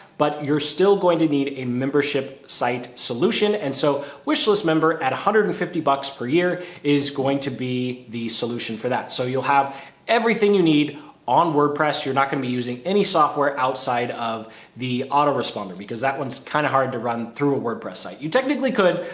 but you're still going to need a membership site solution. and so wish list member at one hundred and fifty bucks per year is going to be the solution for that. so you'll have everything you need on wordpress. you're not going to be using any software outside of the autoresponder because that one's kind of hard to run through a wordpress site. you technically could,